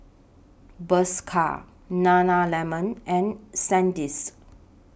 Bershka Nana Lemon and Sandisk